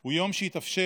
הוא יום שהתאפשר,